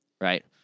right